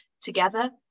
together